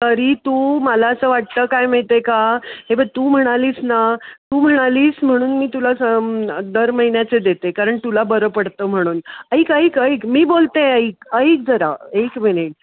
तरी तू मला असं वाटतं काय माहीत आहे का हे बघ तू म्हणालीस ना तू म्हणालीस म्हणून मी तुला स दर महिन्याचे देते कारण तुला बरं पडतं म्हणून ऐक ऐक ऐक मी बोलते आहे ऐक ऐक जरा एक मिनिट